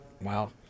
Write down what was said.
Wow